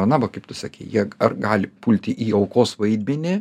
na va kaip tu sakei jie ar gali pulti į aukos vaidmenį